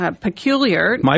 Peculiar